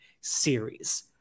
series